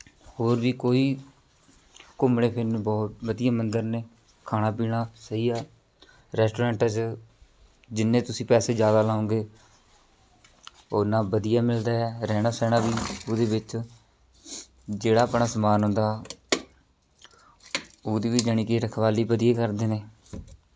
ਹੋਰ ਵੀ ਕਈ ਘੁੰਮਣ ਫਿਰਨ ਨੂੰ ਬਹੁਤ ਵਧੀਆ ਮੰਦਰ ਨੇ ਖਾਣਾ ਪੀਣਾ ਸਹੀ ਆ ਰੈਸਟੋਰੈਂਟਸ 'ਚ ਜਿੰਨੇ ਤੁਸੀਂ ਪੈਸੇ ਜ਼ਿਆਦਾ ਲਾਉਂਗੇ ਓਨਾ ਵਧੀਆ ਮਿਲਦਾ ਰਹਿਣਾ ਸਹਿਣਾ ਵੀ ਉਹਦੇ ਵਿੱਚ ਜਿਹੜਾ ਆਪਣਾ ਸਮਾਨ ਹੁੰਦਾ ਉਹਦੀ ਵੀ ਜਾਣੀ ਕਿ ਰਖਵਾਲੀ ਵਧੀਆ ਕਰਦੇ ਨੇ